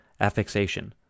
affixation